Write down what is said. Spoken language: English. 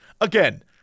again